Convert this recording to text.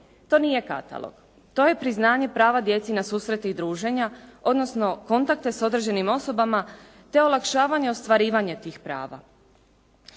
To nije katalog. To je priznanje prava djeci na susrete i druženja, odnosno kontakte s određenim osobama te olakšavanje ostvarivanje tih prava.